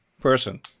person